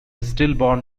stillborn